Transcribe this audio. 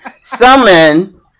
summon